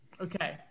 Okay